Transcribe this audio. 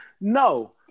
no